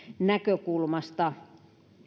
näkökulmasta